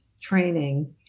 training